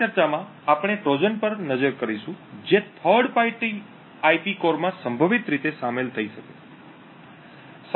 આ ચર્ચામાં આપણે ટ્રોજન પર નજર કરીશું જે થર્ડ પાર્ટી આઈપી કોર માં સંભવિત રીતે શામેલ થઈ શકે